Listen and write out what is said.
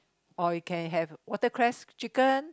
or you can have watercress chicken